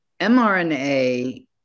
mRNA